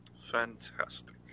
Fantastic